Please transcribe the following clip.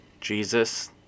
Jesus